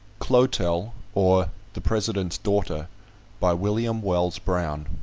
clotel or, the president's daughter by william wells brown